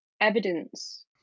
evidence